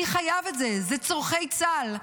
אני חייב את זה, אלה צורכי צה"ל.